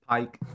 Pike